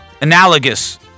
Analogous